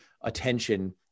attention